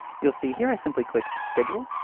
you'll see here, i simply click schedule.